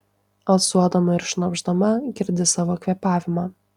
alsuodama ir šnopšdama girdi savo kvėpavimą